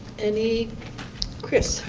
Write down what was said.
any chris.